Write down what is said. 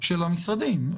של המשרדים?